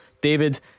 David